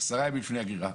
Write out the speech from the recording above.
עשרה ימים לפני הגרירה".